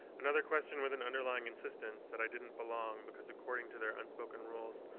another question with an underlying insistence that i didn't belong, because according to their unspoken rules,